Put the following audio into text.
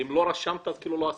אם לא רשמת כאילו לא עשית.